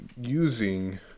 using